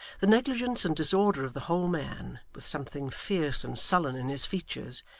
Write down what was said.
the negligence and disorder of the whole man, with something fierce and sullen in his features,